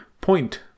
point